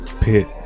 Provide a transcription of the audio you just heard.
pit